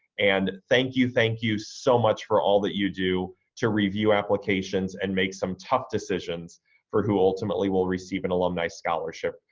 and thank you, thank you so much for all that you do to review applications and make some tough decisions for who ultimately will receive an alumni scholarship.